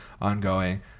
ongoing